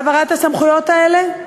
העברת הסמכויות האלה?